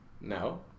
No